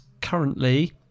currently